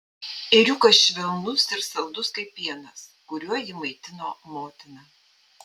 ėriukas švelnus ir saldus kaip pienas kuriuo jį maitino motina